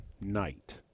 night